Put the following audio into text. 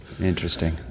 Interesting